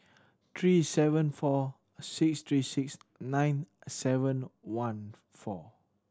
three seven four six three six nine seven one four